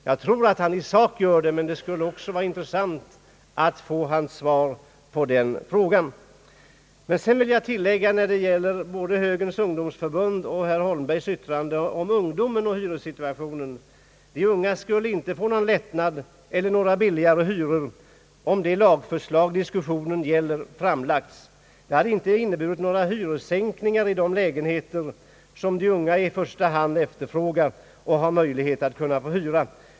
Jag tror att han i sak gör det, men det skulle vara intressant att höra hans svar på denna fråga. Jag vill när det gäller både högerns ungdomsförbunds och herr Holmbergs yttranden om ungdomen och hyressituationen tillägga att de unga inte skulle ha fått någon lättnad i form av billigare hyror, om det lagförslag diskussionen gäller hade framlagts. Det hade inte inneburit några hyressänkningar Ang. hyreslagstiftningen i de lägenheter som de unga i första hand efterfrågar och har möjlighet att få hyra.